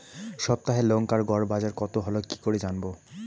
সপ্তাহে লংকার গড় বাজার কতো হলো কীকরে জানবো?